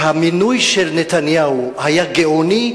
שהמינוי של נתניהו היה גאוני,